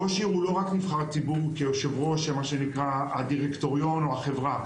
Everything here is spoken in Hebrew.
ראש עיר הוא לא רק נבחר ציבור כיושב ראש מה שנקרא הדירקטוריון או החברה,